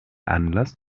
anlass